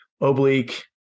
oblique